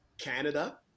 canada